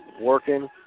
working